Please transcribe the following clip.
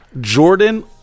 Jordan